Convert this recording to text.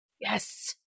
Yes